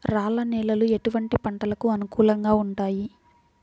రాళ్ల నేలలు ఎటువంటి పంటలకు అనుకూలంగా ఉంటాయి?